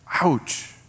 Ouch